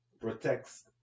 protects